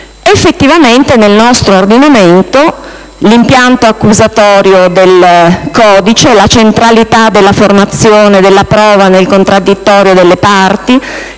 Effettivamente nel nostro ordinamento l'impianto accusatorio del codice, la centralità della formazione della prova nel contraddittorio delle parti,